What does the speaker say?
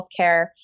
healthcare